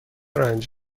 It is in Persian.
رنج